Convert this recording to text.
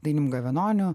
dainiumi gavenoniu